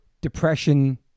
depression